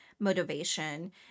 motivation